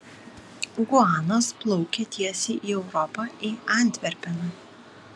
guanas plaukia tiesiai į europą į antverpeną